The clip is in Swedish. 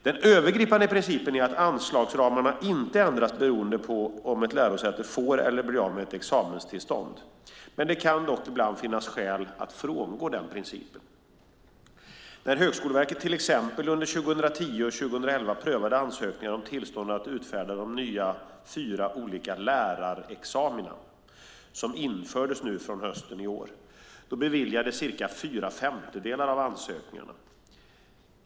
Den övergripande principen är att anslagsramarna inte ändras beroende på om ett lärosäte får eller blir av med ett examenstillstånd. Det kan dock ibland finnas skäl att frångå denna princip. När Högskoleverket till exempel under 2010 och 2011 prövade ansökningar om tillstånd att utfärda de fyra nya lärarexamina som infördes under hösten i år beviljades cirka fyra femtedelar av ansökningarna.